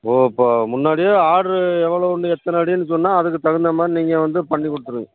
ஓ அப்போ முன்னாடியே ஆடரு எவ்வளோன்னு எத்தனை அடின்னு சொன்னால் அதுக்கு தகுந்த மாதிரி நீங்கள் வந்து பண்ணி கொடுத்துருவீங்க